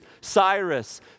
Cyrus